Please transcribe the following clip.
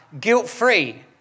guilt-free